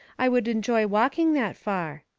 i would enjoy walking that far.